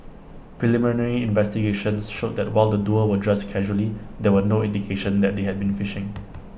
preliminary investigations showed that while the duo were dressed casually there were no indication that they had been fishing